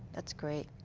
that's great.